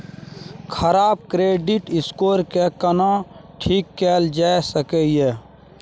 खराब credit score के केना ठीक कैल जा सकै ये?